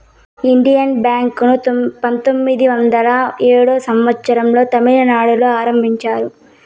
Indian Bank ను పంతొమ్మిది వందల ఏడో సంవచ్చరం లో తమిళనాడులో ఆరంభించారు